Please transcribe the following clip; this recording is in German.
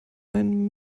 ein